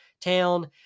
town